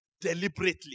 deliberately